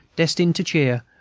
destined to cheer,